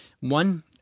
one